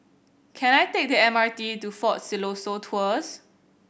can I take the M R T to Fort Siloso Tours